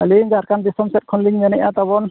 ᱟᱹᱞᱤᱧ ᱡᱷᱟᱲᱠᱷᱚᱸᱰ ᱫᱤᱥᱚᱢ ᱠᱷᱚᱱᱞᱤᱧ ᱢᱮᱱᱮᱜᱼᱟ ᱛᱟᱵᱚᱱ